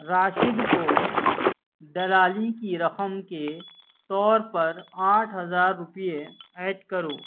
راشد کو دلالی کی رقم کے طور پر آٹھ ہزار روپیے ایڈ کرو